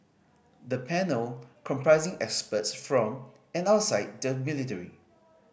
the panel comprising experts from and outside the military